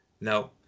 No